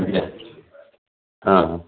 ଆଜ୍ଞା ହଁ